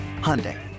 Hyundai